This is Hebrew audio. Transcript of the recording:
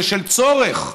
זה צורך,